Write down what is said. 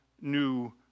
new